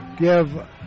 give